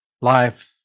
life